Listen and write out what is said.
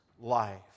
life